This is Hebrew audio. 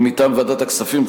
ומטעם ועדת הכספים,